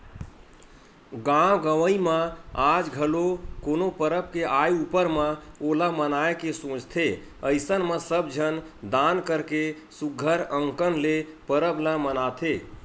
गाँव गंवई म आज घलो कोनो परब के आय ऊपर म ओला मनाए के सोचथे अइसन म सब झन दान करके सुग्घर अंकन ले परब ल मनाथे